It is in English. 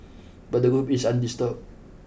but the group is undisturbed